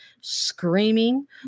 screaming